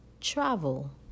travel